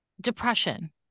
depression